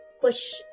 push